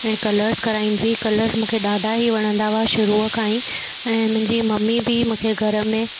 ऐं कलर्स कराईंदी कलर्स मूंखे ॾाढा ई वणंदा हुआ शुरूअ खां ई ऐं मुंहिंजी मम्मी बि मूंखे घर में